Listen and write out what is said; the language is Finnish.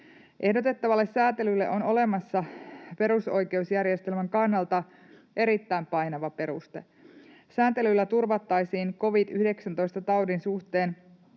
Ehdotettavalle sääntelylle on olemassa perusoikeusjärjestelmän kannalta erittäin painava peruste. Sääntelyllä turvattaisiin covid-19-taudin suhteen